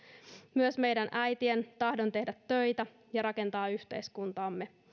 myös meidän äitien tahdon tehdä töitä ja rakentaa yhteiskuntaamme